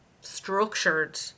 structured